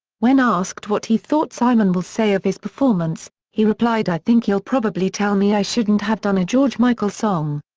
when asked what he thought simon will say of his performance, he replied i think he'll probably tell me i shouldn't have done a george michael song.